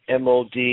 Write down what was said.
MOD